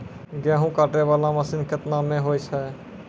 गेहूँ काटै वाला मसीन केतना मे होय छै?